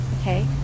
okay